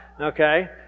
Okay